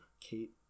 Kate